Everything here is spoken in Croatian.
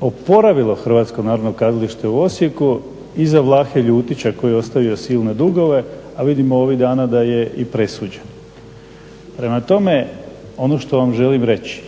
oporavilo HNK u Osijeku i za Vlahe Ljutića koji je ostavio silne dugove, a vidimo ovih dana da je i presuđen. Prema tome ono što vam želim reći,